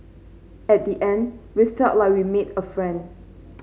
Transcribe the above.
at the end we felt like we made a friend